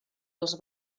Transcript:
els